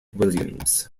williams